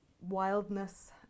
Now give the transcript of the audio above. wildness